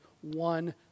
one